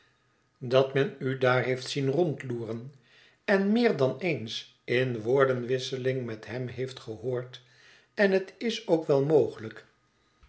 dat men u daar heeft zien rondloeren en u meer dan eens in woorgeorge door bugket in arrest genomen den wisseling met hem heeft gehoord en het is ook wel mogelijk